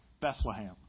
Bethlehem